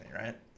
right